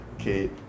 okay